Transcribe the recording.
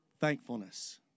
thankfulness